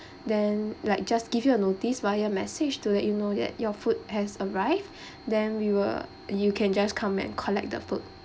then like just give you a notice via message to let you know that your food has arrived then we will you can just come and collect the food